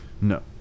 no